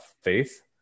faith